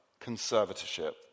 conservatorship